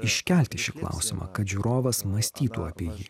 iškelti šį klausimą kad žiūrovas mąstytų apie jį